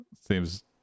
seems